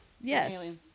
Yes